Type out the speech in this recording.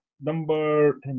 Number